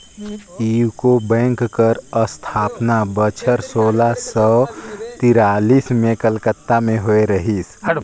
UCO bank कर असथापना बछर सोला सव तिरालिस में कलकत्ता में होए रहिस